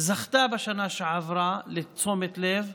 זכתה בשנה שעברה לתשומת לב,